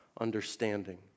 understanding